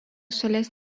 šalies